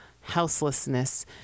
houselessness